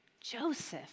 Joseph